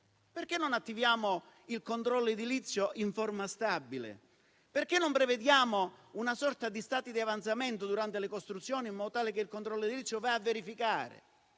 Perché non attiviamo il controllo edilizio in forma stabile? Perché non prevediamo una sorta di stati di avanzamento durante le costruzioni, in modo tale che il controllo edilizio vada a verificare?